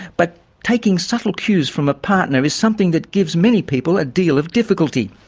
but taking subtle cues from a partner is something that gives many people a deal of difficulty.